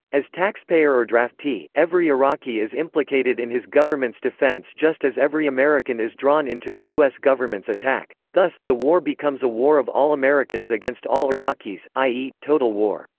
as taxpayer or draftee, every iraqi is implicated in his government's defense just as every american is drawn into the u s. government's attack. thus, the war becomes a war of all americans against all iraqis, i e, total war.